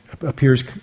appears